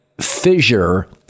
fissure